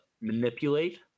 Manipulate